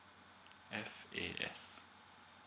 f a s